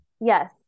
Yes